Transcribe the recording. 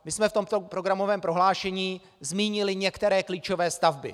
My jsme proto v programovém prohlášení zmínili některé klíčové stavby.